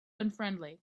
unfriendly